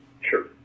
Sure